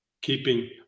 keeping